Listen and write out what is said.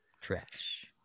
Trash